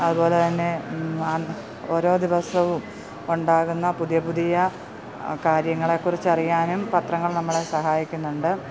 അതുപോലെതന്നെ ഓരോ ദിവസവും ഉണ്ടാകുന്ന പുതിയ പുതിയ കാര്യങ്ങളെകുറിച്ച് അറിയാനും പത്രങ്ങൾ നമ്മളെ സഹായിക്കുന്നുണ്ട്